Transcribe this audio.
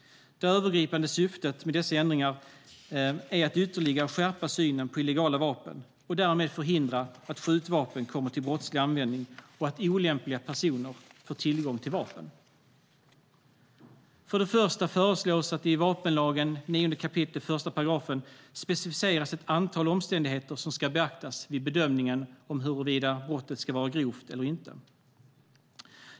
Det övergripande syftet med dessa ändringar är att ytterligare skärpa synen på illegala vapen och därmed förhindra att skjutvapen kommer till brottslig användning och att olämpliga personer får tillgång till vapen. För det första föreslås att det i 9 kap. 1 § vapenlagen specificeras ett antal omständigheter som ska beaktas vid bedömningen av huruvida brottet ska anses vara grovt eller inte.